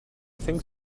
think